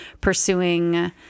pursuing